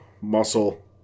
muscle